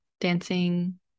dancing